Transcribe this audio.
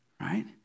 right